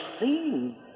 seen